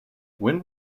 when